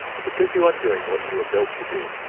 because you are doing what you were built to do,